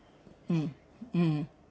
mm mm